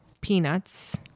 Peanuts